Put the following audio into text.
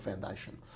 foundation